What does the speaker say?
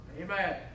Amen